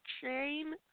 chain